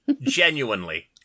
Genuinely